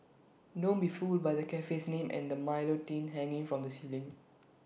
don't be fooled by the cafe's name and the milo tin hanging from the ceiling